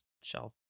shelf